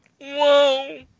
Whoa